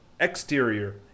exterior